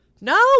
No